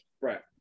right